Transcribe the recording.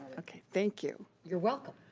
okay, thank you. you're welcome.